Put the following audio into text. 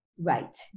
Right